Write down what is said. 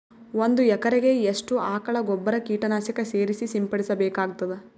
ಒಂದು ಎಕರೆಗೆ ಎಷ್ಟು ಆಕಳ ಗೊಬ್ಬರ ಕೀಟನಾಶಕ ಸೇರಿಸಿ ಸಿಂಪಡಸಬೇಕಾಗತದಾ?